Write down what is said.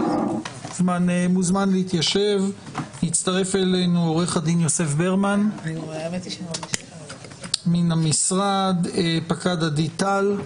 עוד יוסף ברמן מהמשרד, פקד עדי טל,